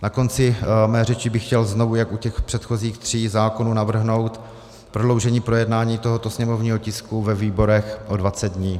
Na konci své řeči bych chtěl znovu jako u těch předchozích tří zákonů navrhnout prodloužení projednání tohoto sněmovního tisku ve výboru o 20 dní.